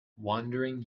wandering